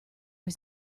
was